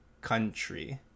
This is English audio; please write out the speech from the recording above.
country